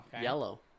yellow